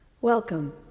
Welcome